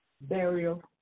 burial